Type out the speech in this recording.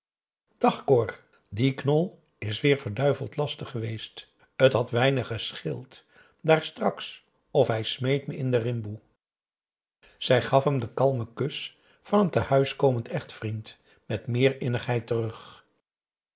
cor die knol is weêr verduiveld lastig geweest t had weinig gescheeld daar straks of hij smeet me in de rimboe zij gaf hem den kalmen kus van een tehuis komend echtvriend met meer innigheid terug